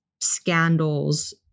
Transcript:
scandals